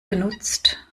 genutzt